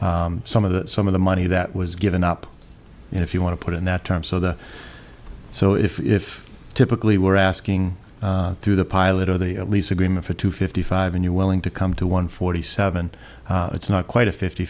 some of the some of the money that was given up if you want to put in that term so the so if typically we're asking through the pilot of the lease agreement for two fifty five and you're willing to come to one forty seven it's not quite a fifty